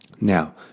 Now